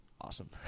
Awesome